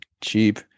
cheap